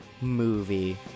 movie